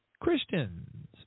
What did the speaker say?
Christians